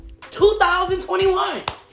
2021